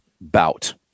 bout